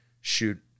shoot